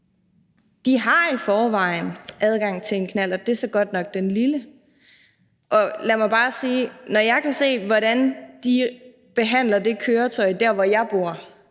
De har i forvejen adgang til en knallert – det er så godt nok den lille knallert – og lad mig bare sige, når jeg kan se, hvordan de behandler det køretøj der, hvor jeg bor,